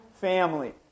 family